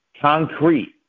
Concrete